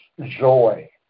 joy